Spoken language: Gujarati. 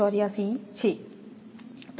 384 છે